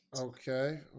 Okay